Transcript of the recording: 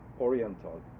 oriental